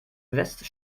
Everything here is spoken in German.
west